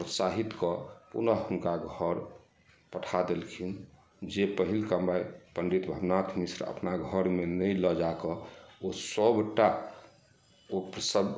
प्रोत्साहित कऽ पुनः हुनका घर पठा देलखिन जे पहिल कमाइ पण्डित भावनाथ मिश्र अपना घर मे नहि लऽ जा कऽ ओ सबटा ओ प्रसव